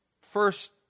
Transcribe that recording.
first